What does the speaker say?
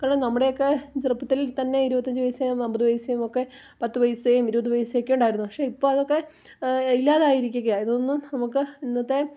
കാരണം നമ്മുടെയൊക്കെ ചെറുപ്പത്തിൽ തന്നെ ഇരുപത്തഞ്ച് പൈസയും അമ്പത് പൈസയുമൊക്കെ പത്തു പൈസയും ഇരുപത് പൈസയൊക്കെ ഉണ്ടായിരുന്നു പക്ഷെ ഇപ്പോൾ അതൊക്കെ ഇല്ലാതായിരിക്കുകയാണ് ഇതൊന്നും നമുക്ക് ഇന്നത്തെ